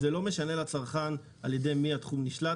זה לא משנה לצרכן על ידי מי התחום נשלט,